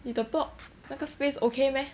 你的 top 那个 space okay meh